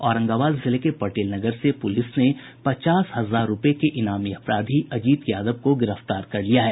औरंगाबाद जिले के पटेलनगर से पुलिस ने पचास हजार रूपये के ईनामी अपराधी अजीत यादव को गिरफ्तार कर लिया है